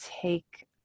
take